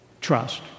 trust